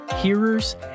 hearers